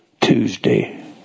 Tuesday